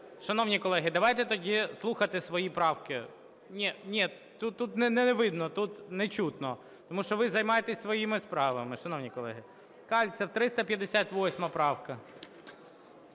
Шановні колеги, давайте тоді слухати свої правки. Ні. Тут не видно, тут не чути. Тому що ви займаєтесь своїми справами, шановні колеги. Кальцев, 358 правка.